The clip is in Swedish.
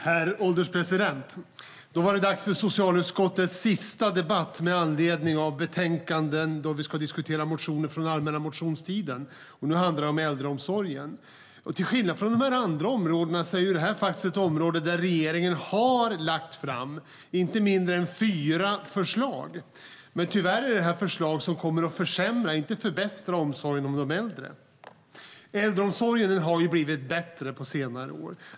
Herr ålderspresident! Då var det dags för kammaren att debattera riksdagsårets sista socialutskottsbetänkande med anledning av motioner från allmänna motionstiden. Nu handlar det om äldreomsorgen. Till skillnad från andra områden är detta ett område där regeringen har lagt fram inte mindre än fyra förslag. Men tyvärr är det förslag som kommer att försämra, inte förbättra, omsorgen om de äldre. Äldreomsorgen har blivit bättre på senare år.